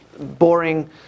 boring